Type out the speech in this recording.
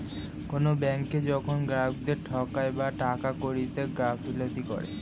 কোনো ব্যাঙ্ক যখন গ্রাহকদেরকে ঠকায় বা টাকা কড়িতে গাফিলতি করে